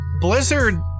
Blizzard